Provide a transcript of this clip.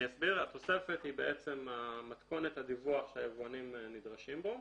התוספת היא בעצם מתכונת הדיווח שהיבואנים נדרשים בו.